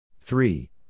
three